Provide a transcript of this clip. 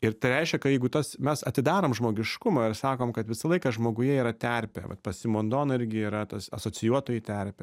ir tai reiškia kad jeigu tas mes atidarom žmogiškumą ir sakom kad visą laiką žmoguje yra terpė vat pas simondoną irgi yra tas asocijuotoji terpė